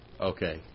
Okay